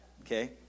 Okay